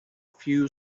few